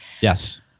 Yes